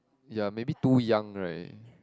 ya maybe too young right